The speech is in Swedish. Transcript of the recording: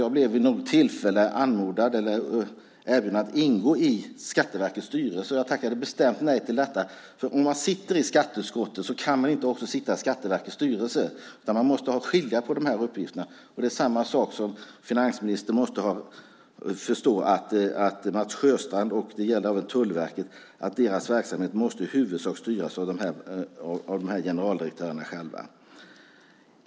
Jag blev vid något tillfälle erbjuden att ingå i Skatteverkets styrelse. Jag tackade bestämt nej till detta för om man sitter i skatteutskottet kan man inte också sitta i Skatteverkets styrelse. Man måste skilja på de här uppgifterna. Det är samma sak som att finansministern måste förstå att Skatteverkets och även Tullverkets verksamheter i huvudsak måste styras av generaldirektörerna själva.